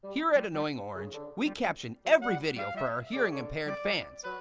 here at annoying orange, we caption every video for our hearing impaired fans.